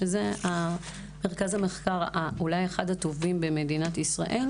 שזה מרכז המחקר שהוא אולי אחד הטובים במדינת ישראל,